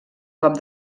cop